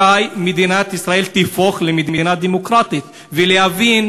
מתי מדינת ישראל תהפוך למדינה דמוקרטית ותבין